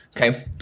Okay